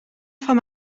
van